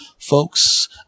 Folks